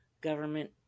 government